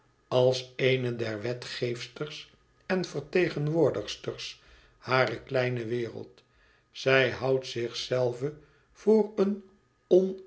als eene der wetgeefsters en vertegenwoordigsters harer kleine wereld zij houdt zich zelve voor een